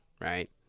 right